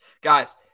Guys